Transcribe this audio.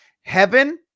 heaven